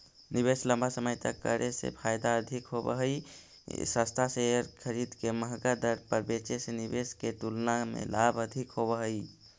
निवेश लंबा समय तक करे से फायदा अधिक होव हई, सस्ता शेयर खरीद के महंगा दर पर बेचे से निवेश के तुलना में लाभ अधिक होव हई